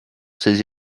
ses